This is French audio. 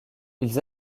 ils